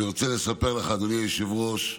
אני רוצה לספר לך, אדוני היושב-ראש,